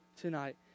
tonight